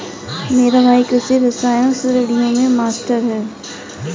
मेरा भाई कृषि रसायन श्रेणियों में मास्टर है